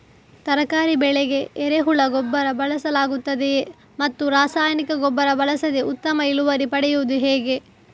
ತರಕಾರಿ ಬೆಳೆಗೆ ಎರೆಹುಳ ಗೊಬ್ಬರ ಬಳಸಲಾಗುತ್ತದೆಯೇ ಮತ್ತು ರಾಸಾಯನಿಕ ಗೊಬ್ಬರ ಬಳಸದೆ ಉತ್ತಮ ಇಳುವರಿ ಪಡೆಯುವುದು ಹೇಗೆ?